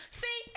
see